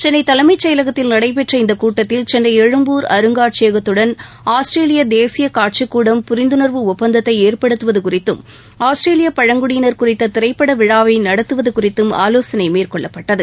சென்னை தலைமை செயலகத்தில் நடைபெற்ற இந்த கூட்டத்தில் சென்னை எழும்பூர் அருங்காட்சியகத்துடன் ஆஸ்திரேலிய தேசிய காட்சிக்கூடம் புரிந்துணர்வு ஒப்பந்தத்தை ஏற்படுத்துவது குறித்தும் ஆஸ்திரேலிய பழங்குடியினர் குறித்த திரைப்பட விழாவை நடத்துவது குறித்தும் ஆலோசனை மேற்கொள்ளப்பட்டது